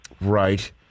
Right